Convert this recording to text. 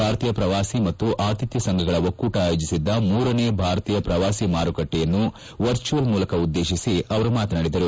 ಭಾರತೀಯ ಪ್ರವಾಸಿ ಮತ್ತು ಆತಿಥ್ಯ ಸಂಘಗಳ ಒಕ್ಕೂಟ ಆಯೋಜಿಸಿದ್ದ ಮೂರನೇ ಭಾರತೀಯ ಪ್ರವಾಸಿ ಮಾರುಕಟ್ಲೆಯನ್ನು ವರ್ಚುವಲ್ ಮೂಲಕ ಉದ್ಲೇತಿಸಿ ಅವರು ಮಾತನಾಡಿದರು